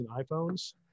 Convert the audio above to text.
iPhones